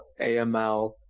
AML